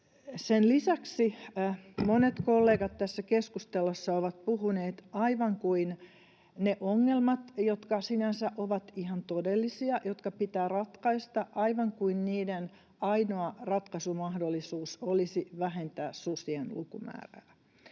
Sen lisäksi monet kollegat tässä keskustelussa ovat puhuneet aivan kuin niiden ongelmien, jotka sinänsä ovat ihan todellisia, jotka pitää ratkaista, ainoa ratkaisumahdollisuus olisi vähentää susien lukumäärää.